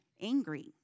angry